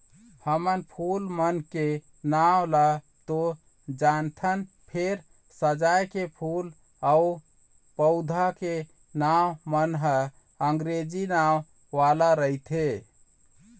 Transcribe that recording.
हमन फूल मन के नांव ल तो जानथन फेर सजाए के फूल अउ पउधा के नांव मन ह अंगरेजी नांव वाला रहिथे